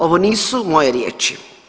Ovo nije moje riječi.